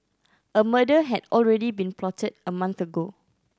a murder had already been plotted a month ago